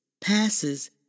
passes